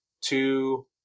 two